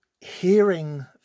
hearing